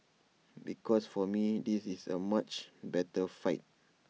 because for me this is A much better fight